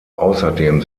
außerdem